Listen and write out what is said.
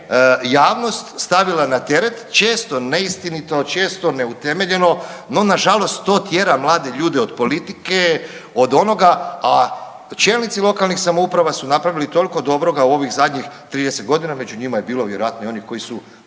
javnost stavila na teret često neistinito, često neutemeljeno, no nažalost to tjera mlade ljude od politike, od onoga, a čelnici lokalnih samouprava su napravili toliko dobroga u ovih zadnjih 30.g., među njima je bilo vjerojatno i onih koji su